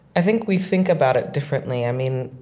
i think we think about it differently. i mean,